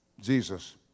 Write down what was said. Jesus